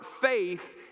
faith